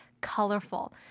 colorful